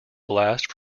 blast